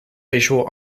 visual